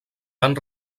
van